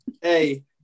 Hey